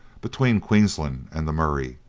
between queensland and the murray,